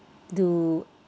do